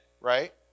right